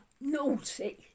naughty